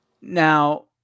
Now